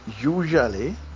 usually